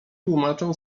tłumaczą